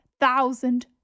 thousand